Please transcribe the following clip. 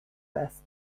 best